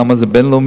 למה זה בין-לאומי?